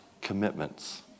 commitments